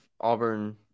Auburn